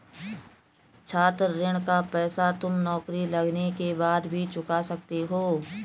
छात्र ऋण का पैसा तुम नौकरी लगने के बाद भी चुका सकते हो